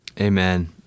Amen